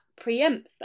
preempts